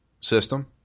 system